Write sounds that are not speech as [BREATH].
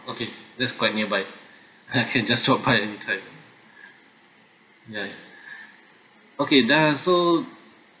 okay that's quite nearby I can [LAUGHS] just drop by anytime [BREATH] ya [BREATH] okay that's all